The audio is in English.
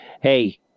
Hey